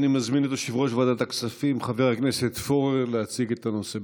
אני מזמין את יושב-ראש ועדת הכספים חבר הכנסת פורר להציג את הנושא.